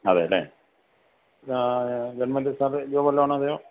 അതെ അല്ലേ ഗവണ്മെൻ്റെ സ്റ്റാഫ് ജോബ് വല്ലതുമാണോ അതെ